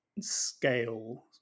scale